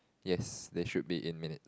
yes they should be in minutes